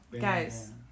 Guys